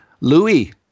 Louis